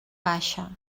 baixa